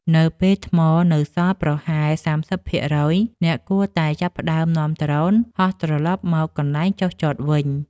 នៅពេលថ្មនៅសល់ប្រហែល ៣០% អ្នកគួរតែចាប់ផ្ដើមនាំដ្រូនហោះត្រលប់មកកន្លែងចុះចតវិញ។